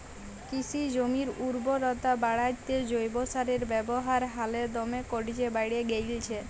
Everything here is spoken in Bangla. কিসি জমির উরবরতা বাঢ়াত্যে জৈব সারের ব্যাবহার হালে দমে কর্যে বাঢ়্যে গেইলছে